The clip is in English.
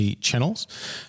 channels